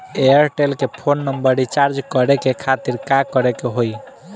Airtel के phone number recharge करे के खातिर का करे के होई?